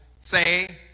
say